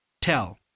Tell